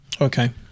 Okay